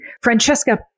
Francesca